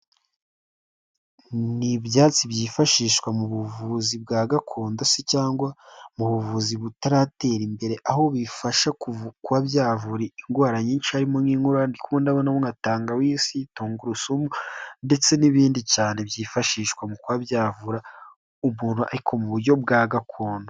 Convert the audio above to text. Ni ibyatsi byifashishwa mu buvuzi bwa gakondo se cyangwa mu buvuzi butaratera imbere, aho bifasha kuba byavura indwara nyinshi harimo nk'inkorora ndimo ndabonamo nka tangawizi, tungurusumu, ndetse n'ibindi cyane byifashishwa mu kuba byavura umuntu ariko mu buryo bwa gakondo.